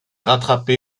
rattrapé